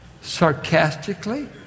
sarcastically